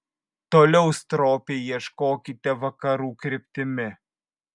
toliau stropiai ieškokite vakarų kryptimi